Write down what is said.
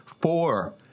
four